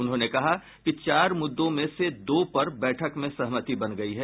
उन्होंने कहा कि चार मुद्दों में से दो पर बैठक में सहमति बन गई है